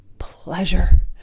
pleasure